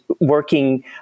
working